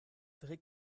vrai